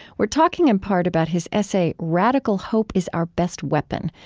we're talking, in part, about his essay, radical hope is our best weapon,